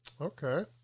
Okay